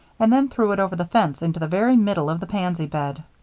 and then threw it over the fence into the very middle of the pansy bed.